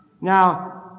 Now